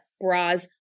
bras